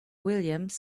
williams